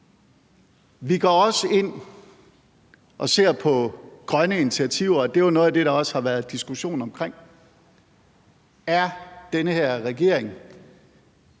Vi går også ind og ser på grønne initiativer, og det er jo også noget af det, der har været en diskussion om. Er den her regering